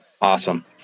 Awesome